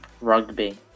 Rugby